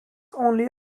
only